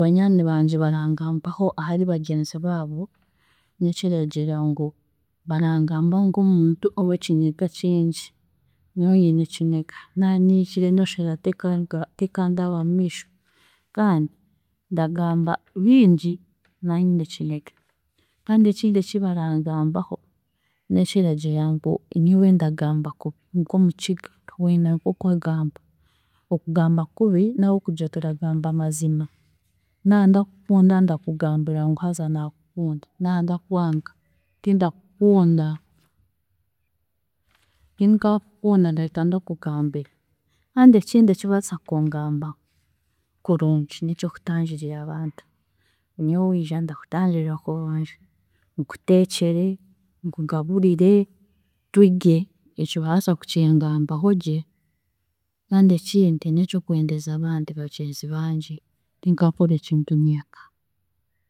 Banywani bangye barangambaho ahari bagyenzi baabo n'ekiragira ngu barangambaho nk'omuntu ow'ekiniga kingi, nyowe nyine ekiniga naanyigire n'eshohera tekaahika tekandaba omu miisho kandi ndagamba bingi, naanyine ekiniga kandi ekindi eki barangambaho n'ekiragira ngu nyowe ndagamba kubi nk'omukiga weena nk'akwagamba, okugamba kubi n'ahabw'okugira turagamba amazima, nandakukunda ndakugambira ngu haza naakukunda, na ndakwanga tindakukunda tinkakukunda ndahika ndakugambira. Kandi ekindi ekibarabaasa kugambaho kurungi n'eky'okutangirira abantu, nyowe wiija ndakutangirira kurungi, nkuteekyere, nkugaburire turye ekyo barabaasa kukingambaho gye, kandi ekindi n'eky'okwendeza abandi bagyenzi bangye, tinkaakora ekintu nyenka.